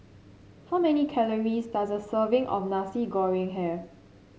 how many calories does a serving of Nasi Goreng have